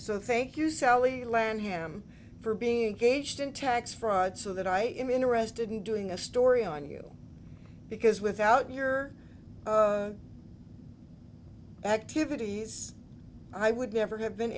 so thank you sally learn him for being gauged in tax fraud so that i am interested in doing a story on you because without your activities i would never